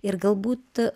ir galbūt